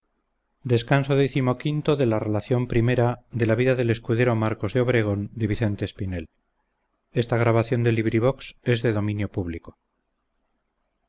la donosa narración de las aventuras del escudero marcos de obregón